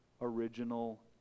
original